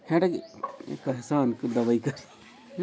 मोर bank खाता मे काम पइसा रखे हो तो क्रेडिट कारड टेक्स तो नइ लाही???